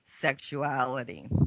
sexuality